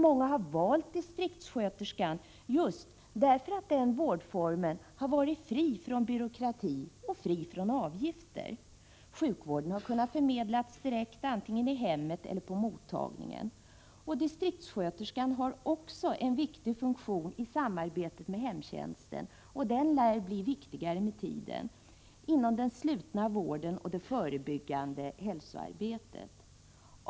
Många har valt distriktssköterskan just därför att den vårdformen har varit fri från byråkrati och avgift. Sjukvården har kunnat förmedlas direkt antingen i hemmet eller på mottagningen. Distriktssjuksköterskan har också en viktig funktion i samarbetet med hemtjänsten, och den lär bli viktigare med tiden inom den slutna vården och det förebyggande hälsoarbetet.